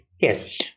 Yes